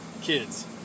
kids